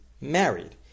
married